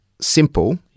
simple